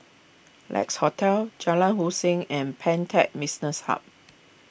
Lex Hotel Jalan Hussein and Pantech Business Hub